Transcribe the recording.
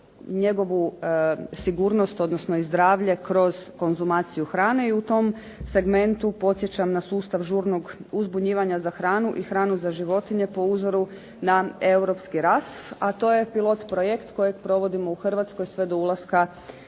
njegovu sigurnost, odnosno i zdravlje kroz konzumaciju hrane i u tom segmentu podsjećam na sustav žurnog uzbunjivanja za hranu i hranu za životinje po uzoru na europski …/Govornica se ne razumije./…, a to je pilot projekt kojeg provodimo u Hrvatskoj sve do ulaska